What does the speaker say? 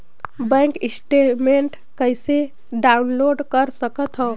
Bank statement कइसे download कर सकथव?